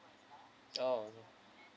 orh